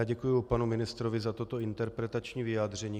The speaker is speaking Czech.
Děkuji, panu ministrovi za toto interpretační vyjádření.